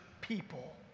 people